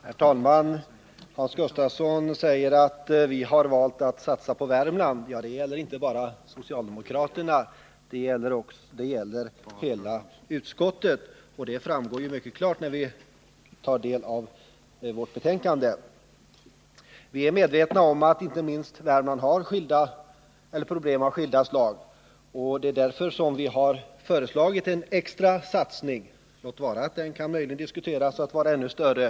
Herr talman! Hans Gustafsson sade att de har valt att satsa på Värmland. Det gäller emellertid inte bara socialdemokraterna utan alla ledamöterna i utskottet, vilket framgår mycket klart, om man tar del av betänkandet. Vi är medvetna om att inte minst Värmland har problem av skilda slag. Därför har vi föreslagit en extra satsning, låt vara att man kan diskutera om den inte borde vara större.